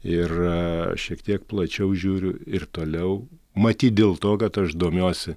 ir šiek tiek plačiau žiūriu ir toliau matyt dėl to kad aš domiuosi